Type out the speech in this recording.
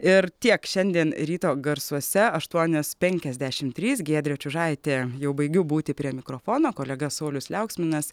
ir tiek šiandien ryto garsuose aštuonios penkiasdešimt trys giedrė čiužaitė jau baigiu būti prie mikrofono kolega saulius liauksminas